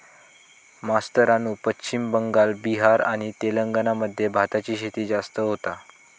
मास्तरानू पश्चिम बंगाल, बिहार आणि तेलंगणा मध्ये भाताची शेती जास्त होता